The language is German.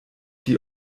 die